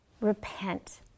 repent